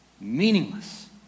Meaningless